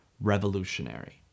revolutionary